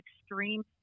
extreme